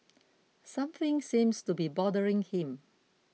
something seems to be bothering him